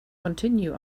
continue